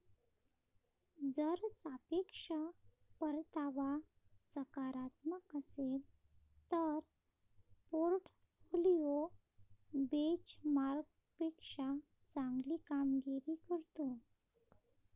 जर सापेक्ष परतावा सकारात्मक असेल तर पोर्टफोलिओ बेंचमार्कपेक्षा चांगली कामगिरी करतो